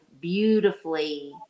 beautifully